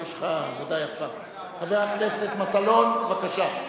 חבר הכנסת מטלון, בבקשה.